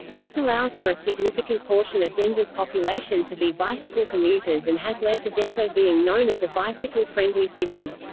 this allows for a significant portion of denver's population to be bicycle commuters and has led to denver being known as a bicycle-friendly city.